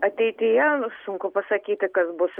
ateityje sunku pasakyti kas bus